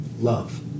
Love